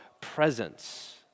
presence